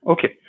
Okay